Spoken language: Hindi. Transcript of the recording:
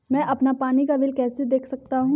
मैं अपना पानी का बिल कैसे देख सकता हूँ?